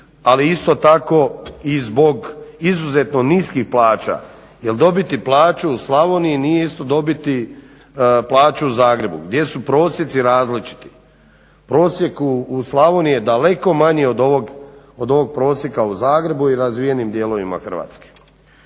ali isto tako i zbog izuzetno niskih plaća jer dobiti plaću u Slavoniji nije isto dobiti plaću u Zagrebu gdje su prosjeci različiti. Prosjek u Slavoniji je daleko manji od ovog prosjeka u Zagrebu i razvijenim dijelovima Hrvatske.